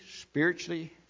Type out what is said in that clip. spiritually